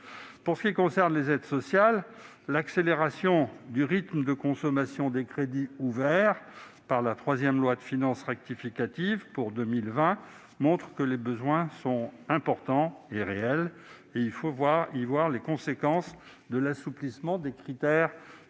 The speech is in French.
dire. S'agissant des aides sociales, l'accélération du rythme de consommation des crédits ouverts par la troisième loi de finances rectificative pour 2020 montre que les besoins sont importants et réels ; il faut y voir les conséquences de l'assouplissement des critères